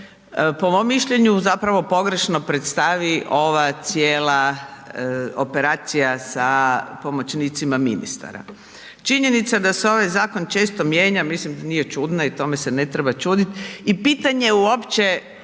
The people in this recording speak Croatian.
po mom mišljenju, zapravo pogrešno predstavi ova cijela operacija sa pomoćnicima ministara. Činjenica da se ovaj zakon često mijenja, mislim da nije čudna i tome se ne treba čudit i pitanje uopće